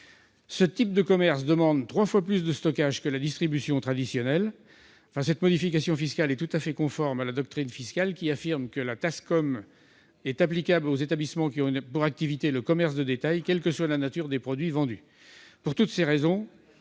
Ce type de commerce demande trois fois plus de stockage que la distribution traditionnelle. La modification proposée est tout à fait conforme à la doctrine fiscale, selon laquelle la TASCOM est applicable aux établissements ayant pour activité le commerce de détail, indépendamment de la nature des produits vendus. Pour toutes ces raisons,